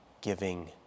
giving